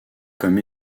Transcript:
comme